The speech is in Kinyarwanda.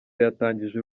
yatangije